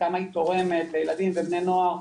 עד כמה היא תורמת לילדים ולבני נוער.